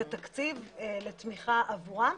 זה תקציב לתמיכה עבורם,